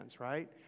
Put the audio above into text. right